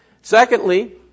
Secondly